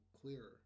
clearer